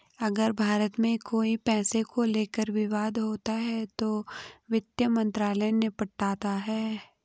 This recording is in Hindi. अगर भारत में कोई पैसे को लेकर विवाद होता है तो वित्त मंत्रालय निपटाता है